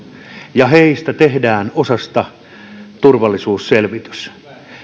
ja osasta heistä tehdään turvallisuusselvitys